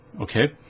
okay